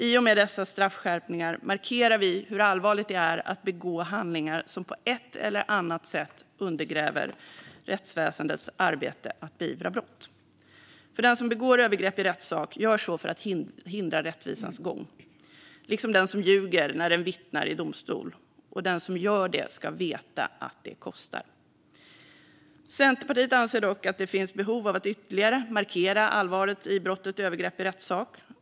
I och med dessa straffskärpningar markerar vi hur allvarligt det är att begå handlingar som på ett eller annat sätt undergräver rättsväsendets arbete att beivra brott. Den som begår övergrepp i rättssak, liksom den som ljuger när den vittnar i domstol, gör så för att hindra rättvisans gång, och den som gör det ska veta att det kostar. Centerpartiet anser dock att det finns behov av att ytterligare markera allvaret i brottet övergrepp i rättssak.